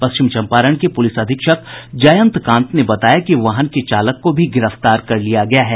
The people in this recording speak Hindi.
पश्चिम चंपारण के पुलिस अधीक्षक जयंत कांत ने बताया कि वाहन के चालक को भी गिरफ्तार कर लिया गया है